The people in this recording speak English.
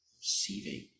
receiving